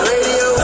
Radio